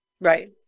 Right